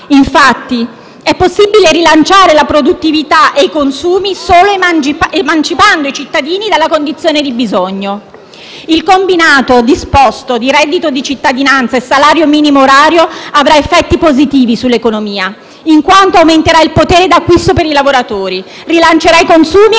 Infatti, è possibile rilanciare la produttività e i consumi solo emancipando i cittadini dalla condizione di bisogno. Il combinato disposto di reddito di cittadinanza e salario minimo orario avrà effetti positivi sull'economia, in quanto aumenta il potere d'acquisto per i lavoratori, rilancerà i consumi e